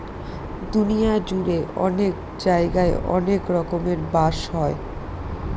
দুনিয়া জুড়ে অনেক জায়গায় অনেক রকমের বাঁশ হয়